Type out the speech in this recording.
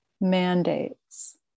mandates